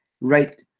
right